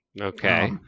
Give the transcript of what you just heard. Okay